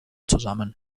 zusammen